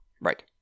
Right